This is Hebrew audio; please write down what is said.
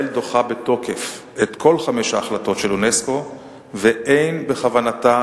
ישראל דוחה בתוקף את כל חמש ההחלטות של אונסק"ו ואין בכוונתה,